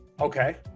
okay